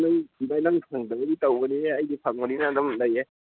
ꯚꯥꯏ ꯅꯪ ꯁꯪꯗꯕꯒꯤ ꯇꯧꯕꯅꯤꯍꯦ ꯑꯩꯗꯤ ꯐꯪꯕꯅꯤꯅ ꯑꯗꯨꯝ ꯂꯩꯌꯦ